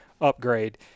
upgrade